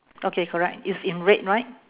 okay correct it's in red right